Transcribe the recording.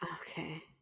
Okay